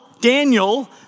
Daniel